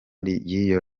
ry’iyo